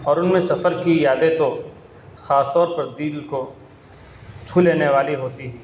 اور ان میں سفر کی یادیں تو خاص طور پر دل کو چھو لینے والی ہوتی ہیں